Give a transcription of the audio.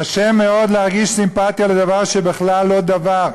קשה מאוד להרגיש סימפתיה לדבר שבכלל לא "דבר",